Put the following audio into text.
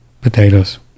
potatoes